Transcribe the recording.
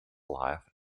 life